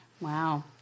Wow